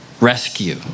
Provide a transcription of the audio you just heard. Rescue